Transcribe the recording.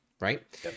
right